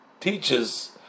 teaches